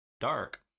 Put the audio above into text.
dark